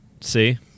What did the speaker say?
See